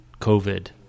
COVID